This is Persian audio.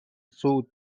سود